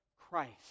Christ